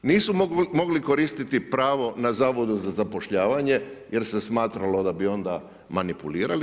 Nisu mogli koristiti pravo na Zavodu za zapošljavanje, jer se smatralo da bi onda manipulirali.